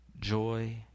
joy